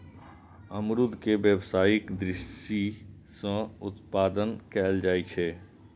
अमरूद के व्यावसायिक दृषि सं उत्पादन कैल जाइ छै